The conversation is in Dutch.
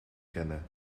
kennen